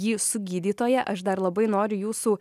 jį su gydytoja aš dar labai noriu jūsų